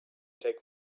take